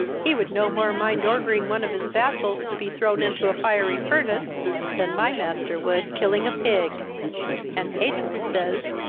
he would no more mind ordering one of his vassals to be thrown into a fiery furnace than my master would killing a pig and pedro says,